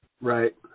Right